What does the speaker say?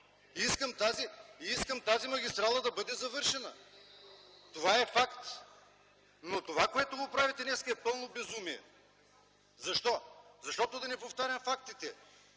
и искам тази магистрала да бъде завършена. Това е факт, но това, което правите днес е пълно безумие. Защо? Защото да не повтарям фактите.